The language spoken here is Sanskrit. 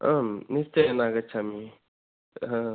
आम् निश्चयेन आगच्छामि हा